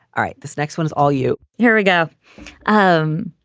all right. this next one is all you here we go. um